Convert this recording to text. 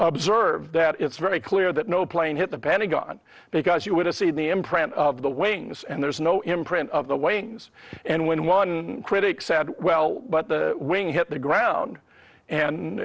observed that it's very clear that no plane hit the pentagon because you would have seen the imprint of the wings and there's no imprint of the waynes and when one critic said well but the wing hit the ground and